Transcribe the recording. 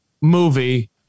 movie